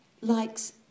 likes